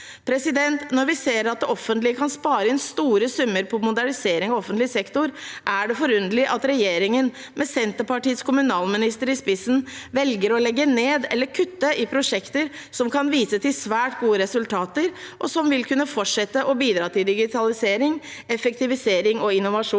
skiftet. Når vi ser at det offentlige kan spare inn store summer på modernisering av offentlig sektor, er det forunderlig at regjeringen, med Senterpartiets kommunalminister i spissen, velger å legge ned eller kutte i prosjekter som kan vise til svært gode resultater, og som vil kunne fortsette å bidra til digitalisering, effektivisering og innovasjon.